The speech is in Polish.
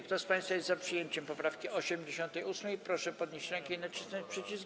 Kto z państwa jest za przyjęciem poprawki 88., proszę podnieść rękę i nacisnąć przycisk.